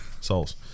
Souls